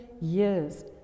years